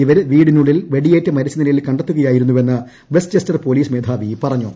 ഇവരെ വീടിനുള്ളിൽ വെടിയേറ്റ് മരിച്ച നിലയിൽ കണ്ടെത്തുകയായിരുന്നുവെന്ന് വെസ്റ്റ് ചെസ്റ്റർ പോലീസ് മേധാവി പറഞ്ഞു